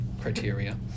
criteria